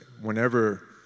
whenever